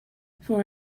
for